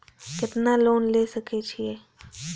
केतना लोन ले सके छीये?